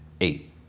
Eight